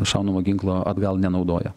šaunamo ginklo atgal nenaudojo